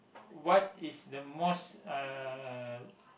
what is the most uh